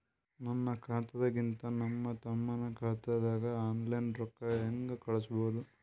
ನನ್ನ ಖಾತಾದಾಗಿಂದ ನನ್ನ ತಮ್ಮನ ಖಾತಾಗ ಆನ್ಲೈನ್ ರೊಕ್ಕ ಹೇಂಗ ಕಳಸೋದು?